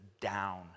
down